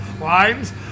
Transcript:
lines